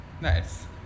nice